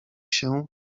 się